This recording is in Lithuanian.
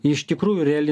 iš tikrųjų reali